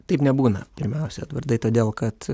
taip nebūna pirmiausia edvardai todėl kad